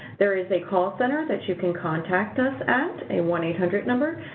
there is a call center that you can contact us at a one eight hundred number,